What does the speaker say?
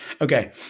Okay